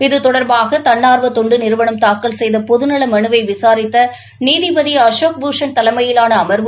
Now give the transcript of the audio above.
இத்தொடர்பாக தன்னர்வத் தொண்டு நிறுவளம் தாக்கல் செய்த பொதுநல மனுவை விசாரித்த நீதிபதி அசோக் பூஷன் தலைமையிவான அமர்வு